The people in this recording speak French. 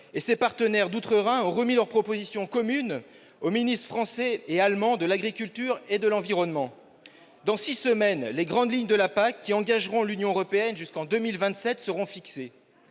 et ses partenaires d'outre-Rhin ont remis leurs propositions communes aux ministres français et allemands de l'agriculture et de l'environnement. Dans six semaines, les grandes lignes de la PAC qui engageront l'Union européenne jusqu'en 2027 seront fixées.